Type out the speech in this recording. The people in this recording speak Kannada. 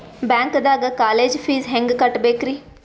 ಬ್ಯಾಂಕ್ದಾಗ ಕಾಲೇಜ್ ಫೀಸ್ ಹೆಂಗ್ ಕಟ್ಟ್ಬೇಕ್ರಿ?